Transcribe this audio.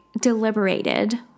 deliberated